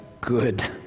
good